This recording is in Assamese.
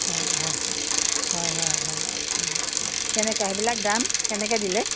হয় হয় হয় হয় হয় অঁ কেনেকৈ সেইবিলাক দাম কেনেকৈ দিলে